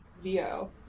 VO